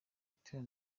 butera